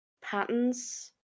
patterns